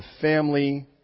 family